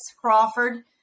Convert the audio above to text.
Crawford